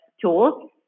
tools